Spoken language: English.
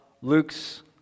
Luke's